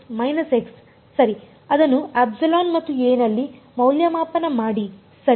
ಸರಿ ಅದನ್ನು 𝜀 ಮತ್ತು a ನಲ್ಲಿ ಮೌಲ್ಯಮಾಪನ ಮಾಡಿ ಸರಿ